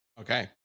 okay